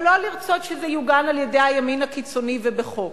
אבל לא לרצות שזה יוגן על-ידי הימין הקיצוני ובחוק.